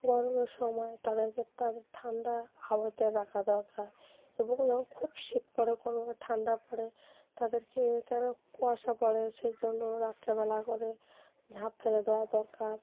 গরমের সময় তাদেরকে তাদের ঠান্ডা হাওয়াতে রাখা দরকার এবং যখন খুব শীত পড়ে কোনো ঠান্ডা পড়ে তাদেরকে কেন কুয়াশা পড়ে সেই জন্য রাত্রেবেলা করে ঝাঁপ ফেলে দেওয়া দরকার